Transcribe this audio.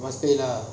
you must pay ah